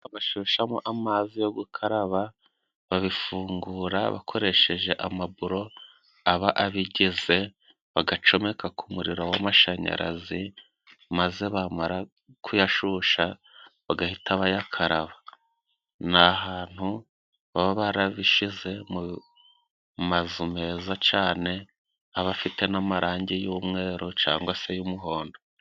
Bashushamo amazi yo gukaraba. Babifungura bakoresheje amaburo aba abigeze, bagacomeka ku muriro w'amashanyarazi, maze bamara kuyashusha bagahita bayakaraba. Ni ahantu baba barabishize mu mazu meza cane, aba afite n'amarangi y'umweru cangwa se y'umuhondo.